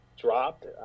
Dropped